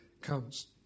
comes